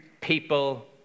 people